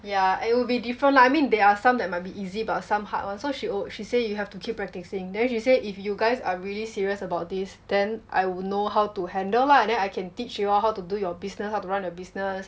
yeah and it will be different lah I mean there are some that might be easy but some hard [one] so she al~ she say you have to keep practicing then she said if you guys are really serious about this then I would know how to handle ah then I can teach you how to do your business how to run a business